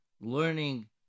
learning